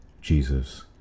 Jesus